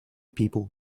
people